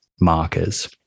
markers